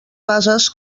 bases